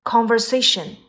Conversation